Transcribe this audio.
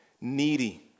needy